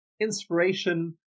inspiration